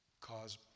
cause